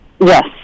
Yes